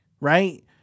right